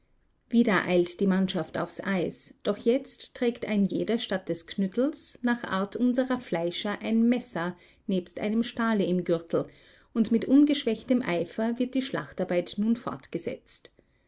wieder eilt die mannschaft aufs eis doch jetzt trägt ein jeder statt des knüttels nach art unserer fleischer ein messer nebst einem stahle im gürtel und mit ungeschwächtem eifer wird die schlachtarbeit nun fortgesetzt